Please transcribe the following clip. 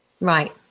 Right